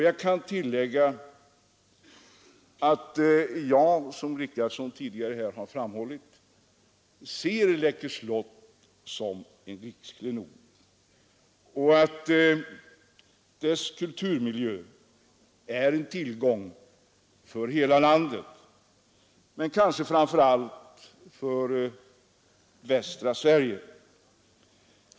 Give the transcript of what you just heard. Jag kan tillägga att jag ser — liksom herr Richardson tidigare har sagt — Läckö slott som en riksklenod och anser att dess kulturmiljö är en tillgång för hela landet men kanske framför allt för västra Sverige.